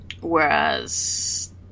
whereas